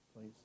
please